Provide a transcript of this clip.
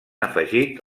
afegit